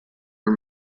are